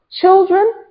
Children